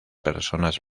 personas